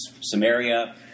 Samaria